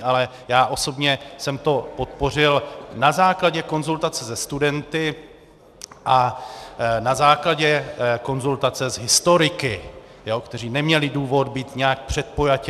Ale já osobně jsem to podpořil na základě konzultace se studenty a na základě konzultace s historiky, kteří neměli důvod být nějak předpojatí.